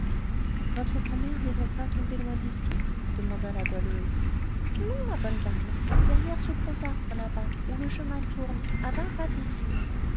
votre grand'mère n'est donc pas tombée loin d'ici demanda la goualeuse non ma bonne dame derrière ce gros arbre là-bas où le chemin tourne à vingt pas d'ici